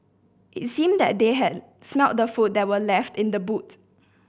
it seemed that they had smelt the food that were left in the boot